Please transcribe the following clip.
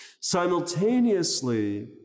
simultaneously